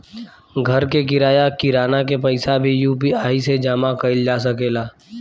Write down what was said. घर के किराया, किराना के पइसा भी यु.पी.आई से जामा कईल जा सकेला